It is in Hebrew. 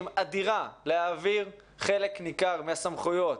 בהזדמנות אדירה להעביר חלק ניכר מהסמכויות,